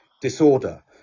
disorder